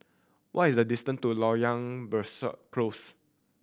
what is the distance to Loyang Besar Close